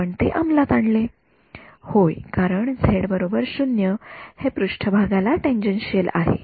विद्यार्थी टॅनजेन्शियल क्षेत्र होय कारण z 0 हे पृष्ठभागाला टॅजेंट आहे